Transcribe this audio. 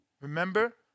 Remember